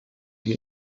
wir